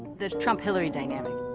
the trump-hillary dynamic,